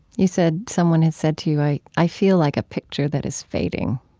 you said someone had said to you, i i feel like a picture that is fading.